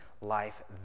life